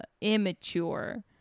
immature